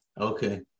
okay